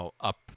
up